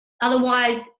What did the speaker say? Otherwise